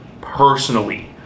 personally